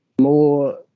more